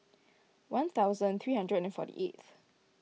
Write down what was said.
one thousand three hundred and forty eighth